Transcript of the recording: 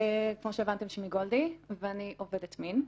כמו שהבנתם, שמי גולדי ואני עובדת מין.